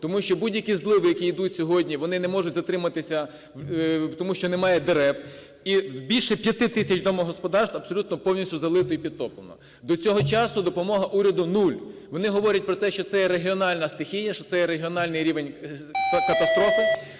тому що будь-які зливи, які йдуть сьогодні, вони не можуть затриматися, тому що немає дерев, і більше п'яти тисяч домогосподарств абсолютно повністю залито і підтоплено. До цього часу допомога уряду – нуль. Вони говорять про те, що це є регіональна стихія, що це є регіональний рівень катастрофи.